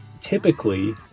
typically